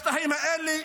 בשטחים האלה,